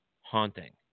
Haunting